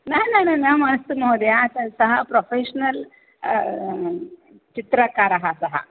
न न न न मास्तु महोदया स सः प्रोफ़ेष्णल् चित्रकारः सः